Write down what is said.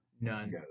None